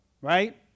Right